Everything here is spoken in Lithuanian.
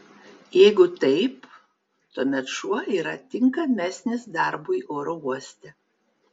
jeigu taip tuomet šuo yra tinkamesnis darbui oro uoste